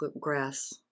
grass